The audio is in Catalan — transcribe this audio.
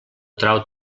trau